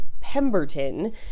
Pemberton